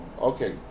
Okay